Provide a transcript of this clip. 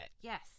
Yes